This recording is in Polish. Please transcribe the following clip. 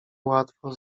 łatwo